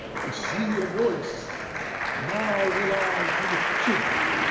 i see a voice now will i to the chink,